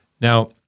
Now